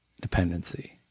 dependency